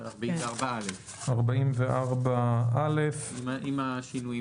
על סעיף 44(א) עם השינויים